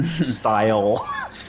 style